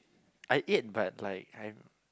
I ate but like I